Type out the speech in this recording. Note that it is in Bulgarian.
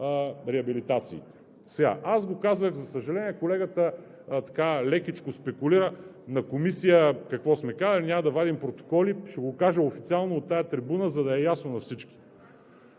реабилитациите. Аз казах – за съжаление, колегата лекичко спекулира – на Комисия какво сме казали. Няма да вадим протоколи, ще го кажа официално от тази трибуна, за да е ясно на всички